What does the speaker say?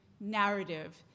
narrative